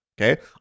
Okay